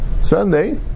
Sunday